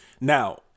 Now